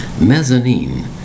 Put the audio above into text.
Mezzanine